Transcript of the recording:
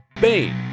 Bane